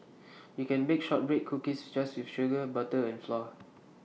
you can bake Shortbread Cookies just with sugar butter and flour